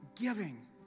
giving